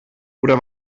oder